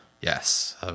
Yes